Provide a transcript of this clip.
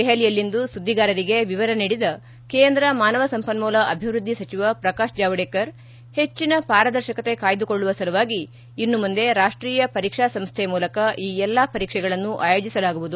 ದೆಹಲಿಯಲ್ಲಿಂದು ಸುದ್ದಿಗಾರರಿಗೆ ವಿವರ ನೀಡಿದ ಕೇಂದ್ರ ಮಾನವ ಸಂಪನ್ಮೂಲ ಅಭಿವೃದ್ದಿ ಸಚಿವ ಪ್ರಕಾಶ್ ಜಾವಡೇಕರ್ ಪೆಚ್ಚಿನ ಪಾರದರ್ಶಕತೆ ಕಾಯ್ದುಕೊಳ್ಳುವ ಸಲುವಾಗಿ ಇನ್ನು ಮುಂದೆ ರಾಷ್ಷೀಯ ಪರೀಕ್ಷಾ ಸಂಸ್ಥೆ ಮೂಲಕ ಈ ಎಲ್ಲ ಪರೀಕ್ಷೆಗಳನ್ನು ಆಯೋಜಿಸಲಾಗುವುದು